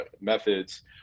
methods